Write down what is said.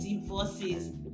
divorces